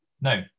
No